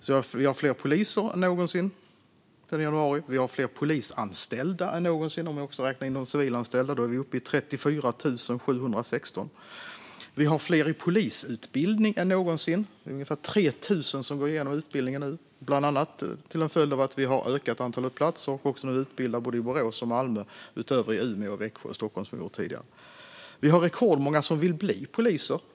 Vi har alltså fler poliser än någonsin sedan januari. Vi har fler polisanställda än någonsin. Om vi räknar in de civilanställda är vi uppe i 34 716. Vi har fler i polisutbildning än någonsin. Det är ungefär 3 000 som går utbildningen nu, bland annat till följd av att vi har ökat antalet platser och nu utbildar också i Borås och Malmö utöver i Umeå, Växjö och Stockholm. Vi har rekordmånga som vill bli poliser.